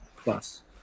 plus